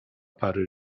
pary